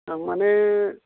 आं माने